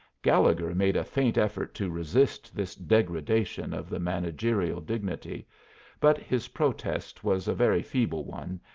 gallegher made a faint effort to resist this degradation of the managerial dignity but his protest was a very feeble one,